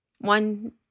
one